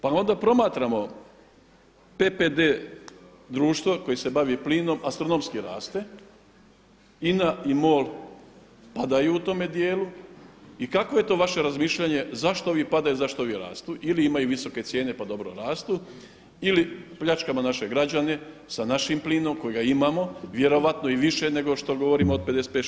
Pa onda promatramo PPD društvo koje se bavi plinom astronomski raste, INA I MOL padaju u tome dijelu i kako je to vaše razmišljanje zašto ovi padaju, zašto ovi rastu ili imaju visoke cijene pa dobro rastu ili pljačkamo naše građane sa našim plinom kojega imamo vjerojatno i više nego što govorimo od 55, 60%